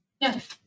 Yes